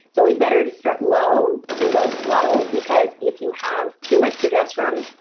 it's always better to start low and go slow because if you have too much progesterone,